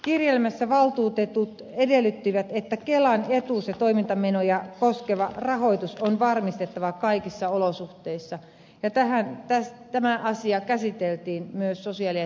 kirjelmässä valtuutetut edellyttivät että kelan etuus ja toimintamenoja koskeva rahoitus on varmistettava kaikissa olosuhteissa ja tämä asia käsiteltiin myös sosiaali ja terveysvaliokunnassa